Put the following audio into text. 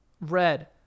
Red